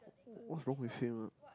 what's wrong with him ah